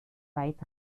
weit